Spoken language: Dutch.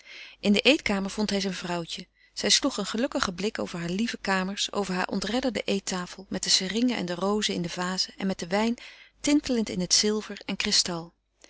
in de eetkamer vond hij zijn vrouwtje zij sloeg een gelukkigen blik over haar lieve kamers over haar ontredderde eettafel met de seringen en de rozen in de vazen en met den wijn tintelend in het zilver en kristal